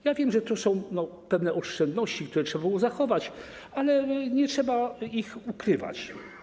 Ja wiem, że tu są pewne oszczędności, które trzeba było zachować, ale nie trzeba ich ukrywać.